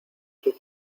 sus